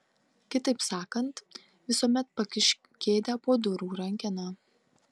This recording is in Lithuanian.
kitaip sakant visuomet pakišk kėdę po durų rankena